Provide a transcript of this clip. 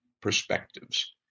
perspectives